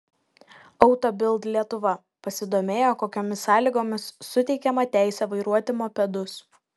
auto bild lietuva pasidomėjo kokiomis sąlygomis suteikiama teisė vairuoti mopedus